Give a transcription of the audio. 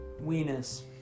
weenus